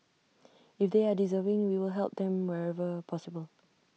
if they are deserving we will help them wherever possible